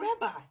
Rabbi